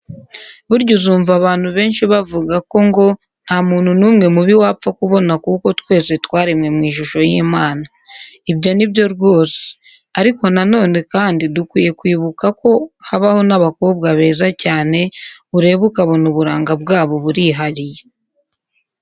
Burya uzumva abantu benshi bavuga ko ngo nta muntu n'umwe mubi wapfa kubona kuko twese twaremwe mu ishusho y'Imana. Ibyo ni byo rwose! Ariko na none kandi dukwiye kwibuka ko habaho n'abakobwa beza cyane ureba ukabona uburanga bwabo burihariye.